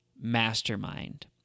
Mastermind